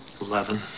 Eleven